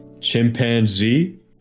chimpanzee